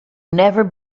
never